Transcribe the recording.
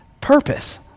Purpose